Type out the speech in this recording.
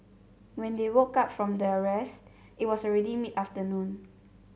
when they woke up from their rest it was already mid afternoon